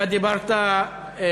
אתה דיברת,